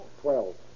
Twelve